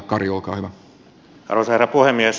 arvoisa herra puhemies